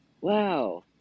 Wow